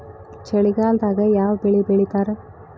ಚಳಿಗಾಲದಾಗ್ ಯಾವ್ ಬೆಳಿ ಬೆಳಿತಾರ?